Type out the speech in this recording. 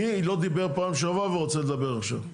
מי לא דיבר פעם שעברה ורוצה לדבר עכשיו?